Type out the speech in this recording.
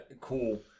cool